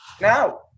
now